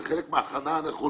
זה חלק מההכנה הנכונה,